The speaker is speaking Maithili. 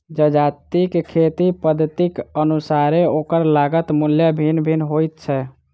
जजातिक खेती पद्धतिक अनुसारेँ ओकर लागत मूल्य भिन्न भिन्न होइत छै